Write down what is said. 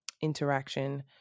interaction